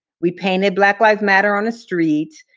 we painted black lives matter on the street,